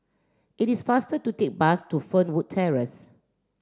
it is faster to take bus to Fernwood Terrace